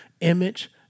image